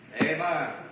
Amen